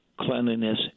cleanliness